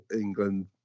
England